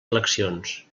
eleccions